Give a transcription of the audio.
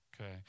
okay